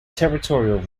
territorial